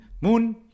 Moon